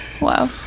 wow